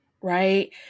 right